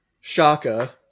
Shaka